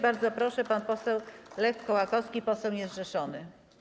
Bardzo proszę, pan poseł Lech Kołakowski, poseł niezrzeszony.